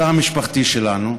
בתא המשפחתי שלנו,